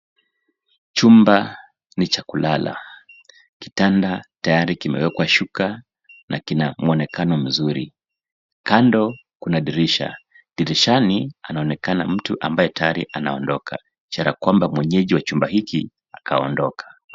Chumba ni cha kulala. Kitanda tayari kimewekwa shuka na kina mwonekano mzuri. Kando kuna dirisha. Dirishani anaonekana mtu ambaye tayari anaondoka ishara kwamba mwenyeji wa chumba hiki anaondoka.